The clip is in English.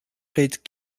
played